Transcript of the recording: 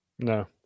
No